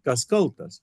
kas kaltas